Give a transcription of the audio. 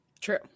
True